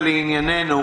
ולענייננו,